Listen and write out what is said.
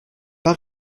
pas